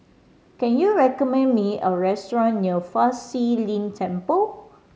can you recommend me a restaurant near Fa Shi Lin Temple